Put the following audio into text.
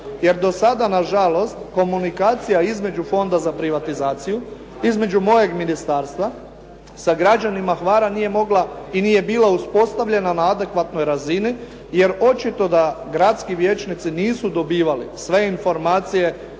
jer do sada na žalost komunikacija između Fonda za privatizaciju, između mojeg ministarstva sa građanima Hvara nije mogla i nije bila uspostavljena na adekvatnoj razini, jer očito da gradski vijećnici nisu dobivali sve informacije